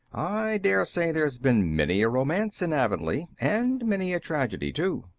i daresay there's been many a romance in avonlea and many a tragedy, too,